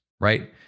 Right